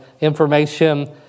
information